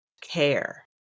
care